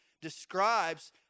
describes